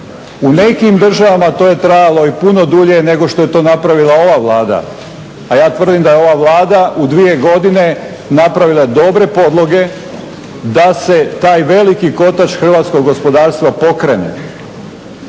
U nekim državama to je trajalo i puno dulje nego što je to napravila ova Vlada, a ja tvrdim da je ova Vlada u dvije godine napravila dobre podloge da se taj veliki kotač hrvatskog gospodarstva pokrene.